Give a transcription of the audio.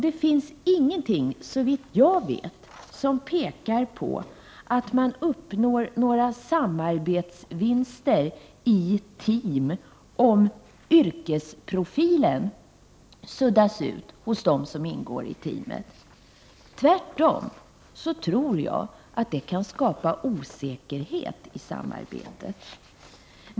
Det finns inget som såvitt jag vet pekar på att man uppnår några samarbetsvinster i team om yrkesprofilen suddas ut hos dem som ingår i teamet. Jag tror tvärtom att det kan skapa osäkerhet i samarbetet.